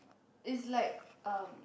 it's like um